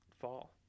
fall